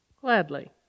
Gladly